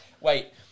Wait